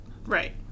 Right